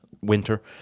Winter